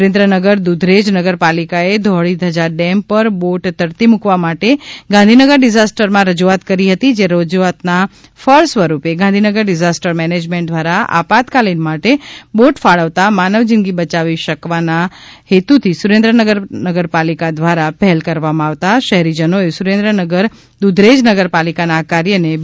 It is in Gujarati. સુરેન્દ્રનગર દુધરેજ નગરપાલિકા એ ધોળીજા ડેમ ઉપર બોટ તરતી મુકવા માટે ગાંધીનગર ડિઝાસ્ટર માં રજૂઆત કરી હતી જે રજૂઆતના ફળ સ્વરૂપે ગાંધીનગર ડિઝાસ્ટર મેનેજમેન્ટ દ્વારા આપાતકાલીન માટે બોટ ફાળવતા માનવ જિંદગી બયાવી શકવાની સુરેન્દ્રનગર પાલિકા દ્વારા પહેલ કરવામાં આવતા શહેરીજનોએ સુરેન્દ્રનગર દુધરેજ નગરપાલિકાના આ કાર્યને બિરદાવ્યું છે